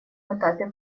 этапе